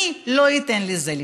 אני לא אתן לזה לקרות.